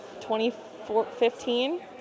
2015